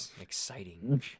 Exciting